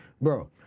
bro